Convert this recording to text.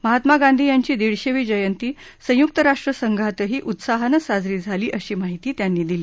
महात्मा गांधी यांची दीडशेवी जयंती संयुक्त राष्ट्रसंघातही उत्साहानं साजरी झाली अशी माहिती त्यांनी दिली